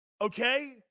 Okay